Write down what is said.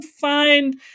find